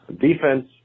Defense